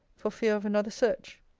for fear of another search.